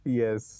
yes